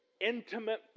intimate